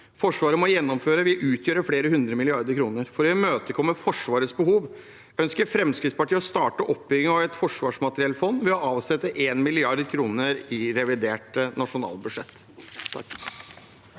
Forsvaret må gjennomføre, vil utgjøre flere hundre milliarder kroner. For å imøtekomme Forsvarets behov ønsker Fremskrittspartiet å starte oppbyggingen av et forsvarsmateriellfond ved å avsette 1 mrd. kr i revidert nasjonalbudsjett.